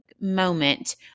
moment